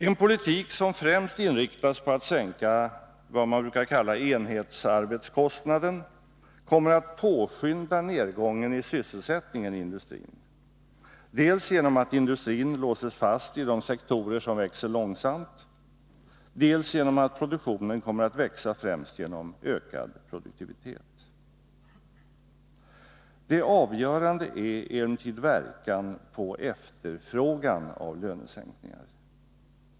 En politik som främst inriktas på att sänka vad man brukar kalla enhetsarbetskostnaden kommer att påskynda nedgången i sysselsättningen i industrin, dels genom att industrin låses fast i de sektorer som växer långsamt, dels genom att produktionen kommer att växa främst genom ökad produktivitet. Det avgörande är emellertid lönesänkningarnas verkan på efterfrågan.